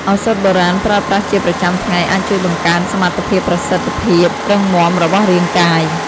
ឱសថបុរាណប្រើប្រាស់ជាប្រចាំថ្ងៃអាចជួយបង្កើនសមត្ថភាពប្រសិទ្ធភាពរឹងមាំរបស់រាងកាយ។